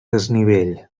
desnivell